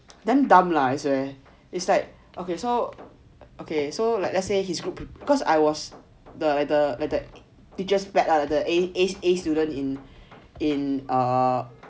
damn dumb lah I swear it's like okay so okay so like let's say his group because I was the teacher's pet lah like the A A A student in in ah